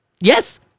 yes